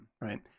Right